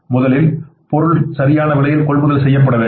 முதலில் பொருள் சரியான விலையில் கொள்முதல் செய்யப்பட வேண்டும்